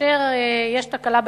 כאשר יש תקלה באינטרנט,